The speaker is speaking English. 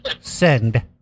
Send